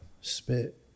Spit